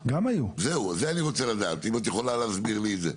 זה אני רוצה לדעת אם את יכולה להסביר לי את זה.